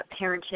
parenting